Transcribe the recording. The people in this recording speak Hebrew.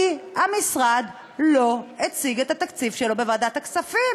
כי המשרד לא הציג את התקציב שלו בוועדת הכספים.